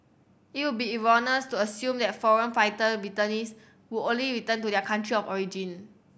it would be erroneous to assume that foreign fighter returnees would only return to their country of origin